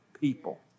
people